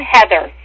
Heather